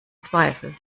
zweifel